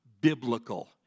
biblical